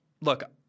look –